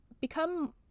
become